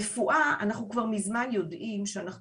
ברפואה אנחנו כבר מזמן יודעים שאנחנו